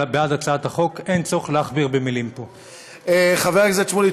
סגן שר הביטחון,